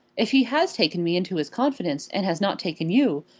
if he has taken me into his confidence and has not taken you,